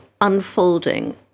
unfolding